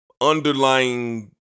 underlying